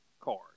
card